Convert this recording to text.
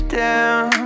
down